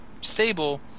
stable